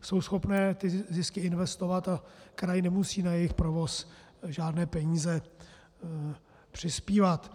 Jsou schopné ty zisky investovat a kraj nemusí na jejich provoz žádné peníze přispívat.